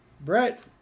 brett